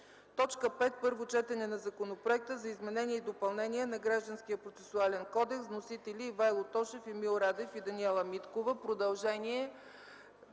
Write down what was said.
г. 5. Първо четене на Законопроекта за изменение и допълнение на Гражданския процесуален кодекс. Вносители – Ивайло Тошев, Емил Радев и Даниела Миткова.